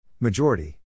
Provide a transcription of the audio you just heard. Majority